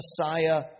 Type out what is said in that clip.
Messiah